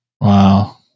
Wow